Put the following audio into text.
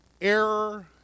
error